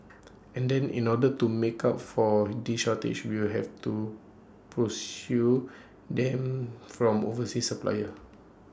and then in order to make up for this shortage we'll have to pursue them from overseas suppliers